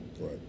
Right